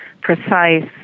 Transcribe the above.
precise